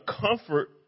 comfort